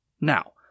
Now